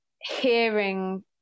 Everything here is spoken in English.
hearing